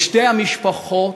לשתי המשפחות,